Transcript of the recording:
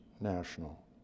national